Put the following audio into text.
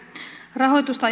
rahoitusta